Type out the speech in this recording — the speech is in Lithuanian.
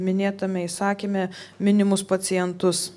minėtame įsakyme minimus pacientus